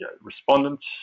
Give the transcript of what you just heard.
respondents